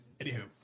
Anywho